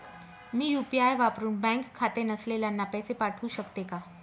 मी UPI वापरुन bank खाते नसलेल्यांना पैसे पाठवू शकते का?